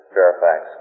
Fairfax